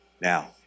now